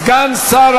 סגן שר